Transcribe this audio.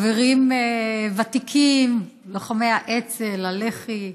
חברים ותיקים לוחמי האצ"ל, הלח"י,